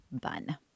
bun